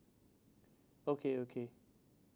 okay okay